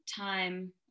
time